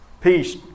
peace